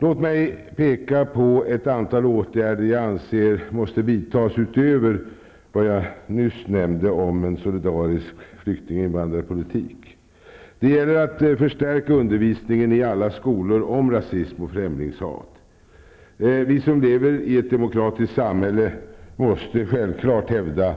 Låt mig peka på ett antal åtgärder som jag anser måste vidtas utöver det jag nyss nämnde om en solidarisk flykting och invandrarpolitik. Det gäller att förstärka undervisningen i alla skolor om rasism och främlingshat. Vi som lever i ett demokratiskt samhälle måste självklart hävda